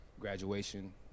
Graduation